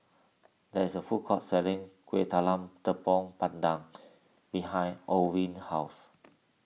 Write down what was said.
there is a food court selling Kueh Talam Tepong Pandan behind Orvin's house